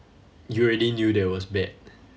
you already knew that it was bad